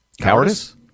Cowardice